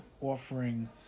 offering